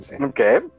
Okay